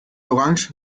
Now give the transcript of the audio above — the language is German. orange